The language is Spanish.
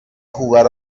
jugar